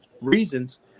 reasons